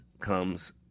comes